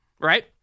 right